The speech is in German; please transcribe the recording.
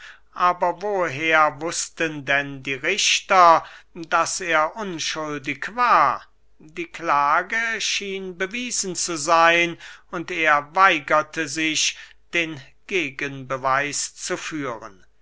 aber woher wußten denn die richter daß er unschuldig war die klage schien bewiesen zu seyn und er weigerte sich den gegenbeweis zu führen